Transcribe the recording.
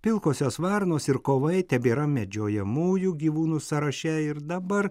pilkosios varnos ir kovai tebėra medžiojamųjų gyvūnų sąraše ir dabar